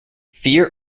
fear